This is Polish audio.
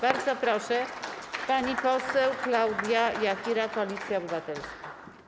Bardzo proszę, pani poseł Klaudia Jachira, Koalicja Obywatelska.